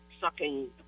sucking